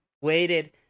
waited